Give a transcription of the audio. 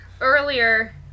earlier